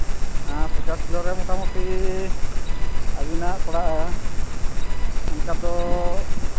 ᱦᱮᱸ ᱯᱚᱪᱟᱥ ᱠᱤᱞᱳ ᱨᱮ ᱢᱚᱴᱟᱢᱩᱴᱤ ᱟᱹᱵᱤᱱᱟᱜ ᱯᱟᱲᱟᱜᱼᱟ ᱚᱱᱠᱟ ᱫᱚ